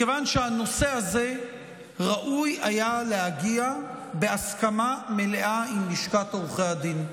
מכיוון שהנושא הזה ראוי היה להגיע בהסכמה מלאה עם לשכת עורכי הדין.